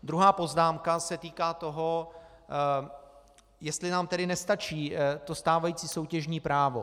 Druhá poznámka se týká toho, jestli nám tedy nestačí stávající soutěžní právo.